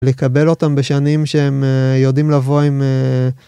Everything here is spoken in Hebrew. לקבל אותם בשנים שהם יודעים לבוא עם.